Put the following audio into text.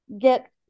get